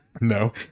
No